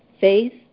faith